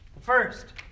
First